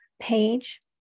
page